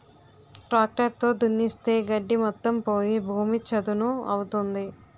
tractor తో దున్నిస్తే గడ్డి మొత్తం పోయి భూమి చదును అవుతుంది